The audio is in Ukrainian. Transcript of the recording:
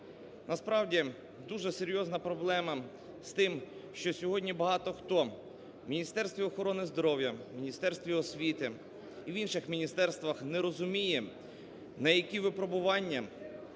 Насправді дуже серйозна проблема з тим, що сьогодні багато хто у Міністерстві охорони здоров'я, в Міністерстві освіти і в інших міністерствах не розуміє на які випробування